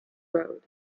road